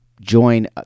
join